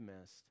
missed